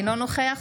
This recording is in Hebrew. אינו נוכח